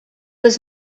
was